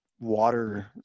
water